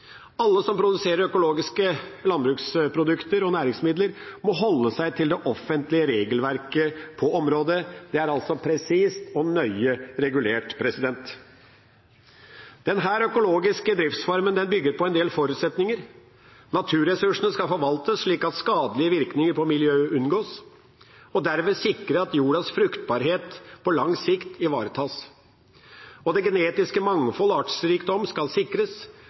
Alle som produserer økologiske landbruksprodukter og næringsmidler, må holde seg til det offentlige regelverket på området. Det er altså presist og nøye regulert. Denne økologiske driftsformen bygger på en del forutsetninger. Naturressursene skal forvaltes slik at skadelige virkninger på miljøet unngås, og derved sikre at jordens fruktbarhet på lang sikt ivaretas. Det genetiske mangfold og artsrikdommen skal sikres,